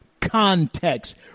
context